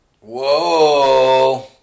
Whoa